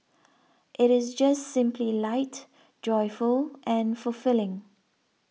it is just simply light joyful and fulfilling